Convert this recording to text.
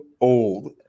old